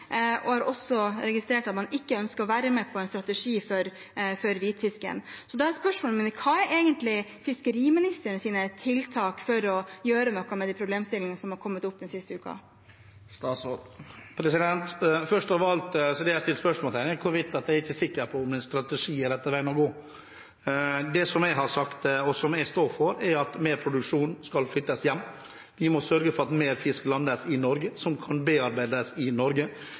jeg har også registrert at man ikke ønsker å være med på en strategi for hvitfisken. Så da er spørsmålet mitt: Hva er egentlig fiskeriministerens tiltak for å gjøre noe med de problemstillingene som er kommet fram den siste uken? Først av alt: Det jeg har satt spørsmålstegn ved, er hvorvidt jeg kan være sikker på at en strategi er den rette veien å gå. Det jeg har sagt, og som jeg står for, er at mer produksjon skal flyttes hjem. Vi må sørge for at mer fisk som landes i Norge, kan bearbeides i Norge.